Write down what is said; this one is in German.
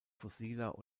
fossiler